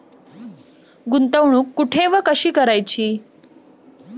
गुंतवणूक कुठे व कशी करायची?